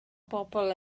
bobl